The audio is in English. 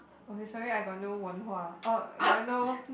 okay sorry I got no 文化:wenhua uh I got no